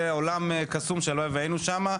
זה עולם קסום שהלוואי שהיינו שם.